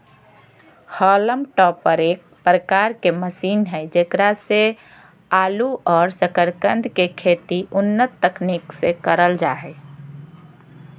haulm topper एक प्रकार के मशीन हई जेकरा से आलू और सकरकंद के खेती उन्नत तकनीक से करल जा हई